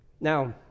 Now